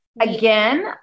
again